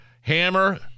Hammer